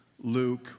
Luke